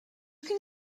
can